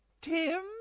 Tim